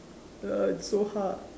err it's so hard